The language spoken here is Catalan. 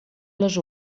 les